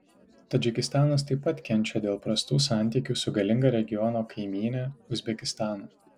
tadžikistanas taip pat kenčia dėl prastų santykių su galinga regiono kaimyne uzbekistanu